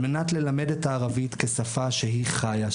על מנת ללמד את הערבית כשפה שהיא חיה,